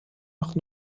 nach